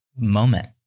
moment